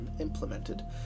implemented